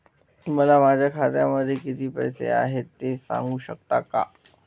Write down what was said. मला माझ्या खात्यामध्ये किती पैसे आहेत ते सांगू शकता का?